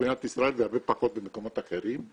במדינת ישראל והרבה פחות במקומות אחרים,